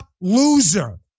loser